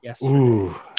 yes